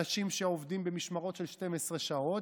אנשים שעובדים במשמרות של 12 שעות,